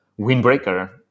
windbreaker